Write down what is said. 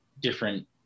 different